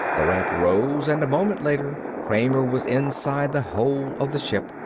the ramp rose, and a moment later kramer was inside the hold of the ship.